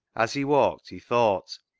as he walked he thought,